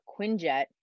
Quinjet